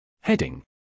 Heading